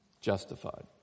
Justified